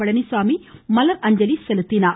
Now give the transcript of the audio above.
பழனிச்சாமி மலரஞ்சலி செலுத்தினார்